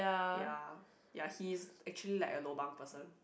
ya ya he's actually like a lobang person